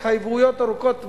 התחייבויות ארוכות טווח.